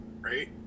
Right